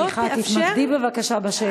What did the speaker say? שלא תאפשר, סליחה, תתמקדי בבקשה בשאלה.